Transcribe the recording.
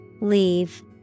Leave